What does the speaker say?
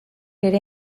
ere